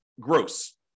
gross